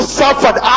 suffered